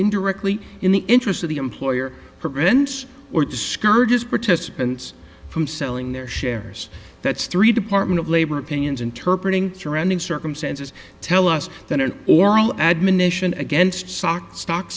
indirectly in the interest of the employer prevents or discourages participants from selling their shares that's three department of labor opinions interpret ing surrounding circumstances tell us that an oral admonition against stock stock